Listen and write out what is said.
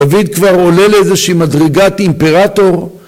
‫דוד כבר עולה לאיזושהי ‫מדרגת אימפרטור.